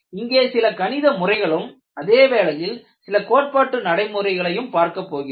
இங்கே சில கணித முறைகளும் அதேவேளையில் சில கோட்பாட்டு நடைமுறைகளையும் பார்க்கப்போகிறோம்